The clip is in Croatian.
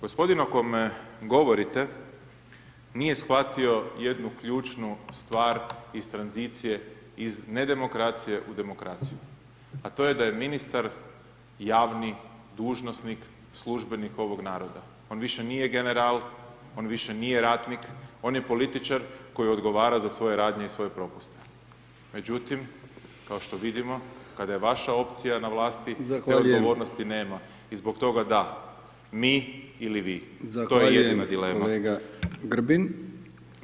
Gospodin o kome govorite nije shvatio jednu ključnu stvar iz tranzicije, iz nedemokracije u demokraciju a to je da je ministar javni dužnosnik, službenik ovog naroda, on više nije general, on više nije ratnik, on je političar koji odgovara za svoj radnje i svoje propuste međutim kao što vidimo kada je vaša opcija na vlasti te odgovornosti nema i zbog toga da, mi ili vi, to je jedina dilema.